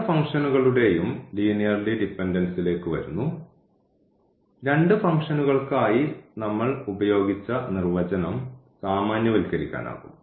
പല ഫംഗ്ഷനുകളുടെയും ലീനിയർലി ഡിപെൻഡൻസിലേക്ക് വരുന്നു രണ്ട് ഫംഗ്ഷനുകൾക്കായി നമ്മൾ ഉപയോഗിച്ച നിർവചനം സാമാന്യവൽക്കരിക്കാനാകും